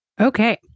okay